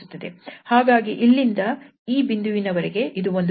ಹಾಗಾಗಿ ಇಲ್ಲಿಂದ ಈ ಬಿಂದುವಿನ ವರೆಗೆ ಇದು ಒಂದು ಪೀರಿಯಡ್ ಅಂದರೆ ಅದು 2𝜋 ಆಗಿದೆ